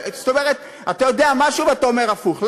אתה יודע משהו ואתה אומר הפוך.